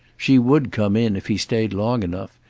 she would come in if he stayed long enough,